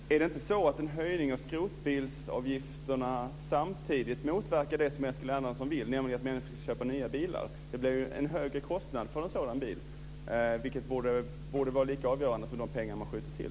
Fru talman! Är det inte så att en höjning av skrotningsavgifterna samtidigt motverkar det som Eskil Erlandsson vill, nämligen att människor ska köpa nya bilar? Det blir ju en högre kostnad för en sådan bil, vilket borde vara lika avgörande som de pengar som man skjuter till.